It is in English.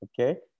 Okay